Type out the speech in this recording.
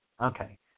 Okay